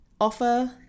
Offer